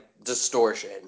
distortion